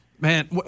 man